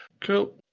Cool